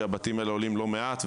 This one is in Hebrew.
כי הבתים האלה עולים לא מעט,